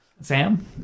Sam